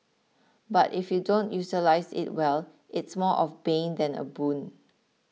but if you don't utilise it well it's more of bane than a boon